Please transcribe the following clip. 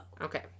Okay